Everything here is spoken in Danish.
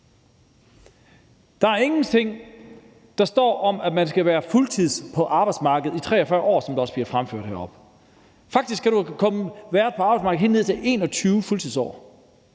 der står ingenting om, at man skal have været fuldtidsansat på arbejdsmarkedet i 43 år, som det også bliver fremført heroppefra. Faktisk kan du have været på arbejdsmarkedet i helt ned til 21 fuldtidsår,